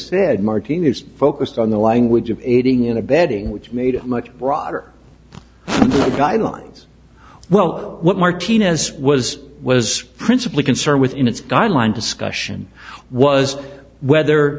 said martin is focused on the language of aiding and abetting which made it much broader guidelines well what martinez was was principally concerned with in its guideline discussion was whether